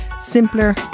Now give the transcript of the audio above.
simpler